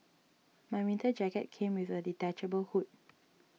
my winter jacket came with a detachable hood